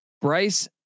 Bryce